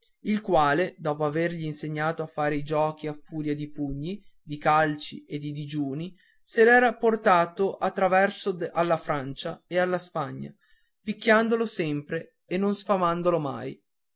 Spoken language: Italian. il quale dopo avergli insegnato a fare i giochi a furia di pugni di calci e di digiuni se l'era portato a traverso alla francia e alla spagna picchiandolo sempre e non sfamandolo mai